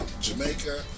Jamaica